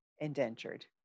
indentured